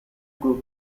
group